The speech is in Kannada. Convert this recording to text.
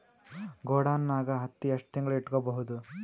ಗೊಡಾನ ನಾಗ್ ಹತ್ತಿ ಎಷ್ಟು ತಿಂಗಳ ಇಟ್ಕೊ ಬಹುದು?